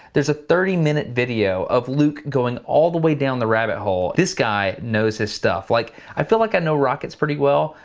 there's a thirty minute video of luke going all the way down the rabbit hole. this guy knows his stuff. like, i feel like i know rockets pretty well,